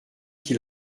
qui